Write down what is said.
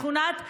שכונת הפרחים,